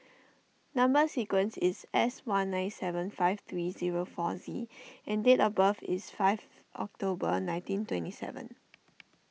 Number Sequence is S one nine seven five three zero four Z and date of birth is fifth October nineteen twenty seven